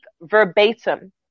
verbatim